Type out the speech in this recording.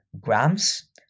grams